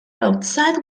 outside